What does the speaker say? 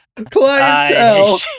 clientele